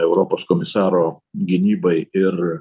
europos komisaro gynybai ir